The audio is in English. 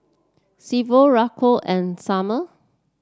Silvio Raekwon and Summer